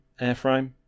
airframe